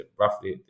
roughly